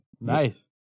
Nice